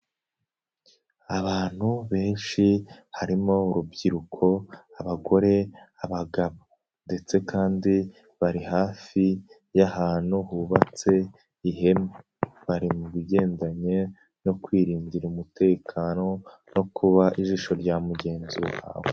Abantu benshi harimo urubyiruko, abagore, abagabo ndetse kandi bari hafi y'ahantu hubatse ihema, bari mu bigendanye no kwirindira umutekano no kuba ijisho rya mugenzi wawe.